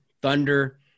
Thunder